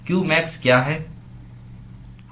qmax क्या है